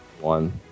One